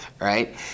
right